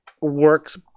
works